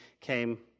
came